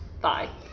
Bye